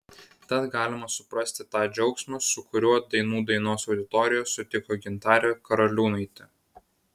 tad galima suprasti tą džiaugsmą su kuriuo dainų dainos auditorija sutiko gintarę karaliūnaitę